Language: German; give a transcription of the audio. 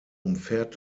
umfährt